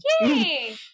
Yay